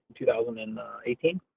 2018